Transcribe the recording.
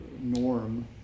norm